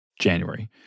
January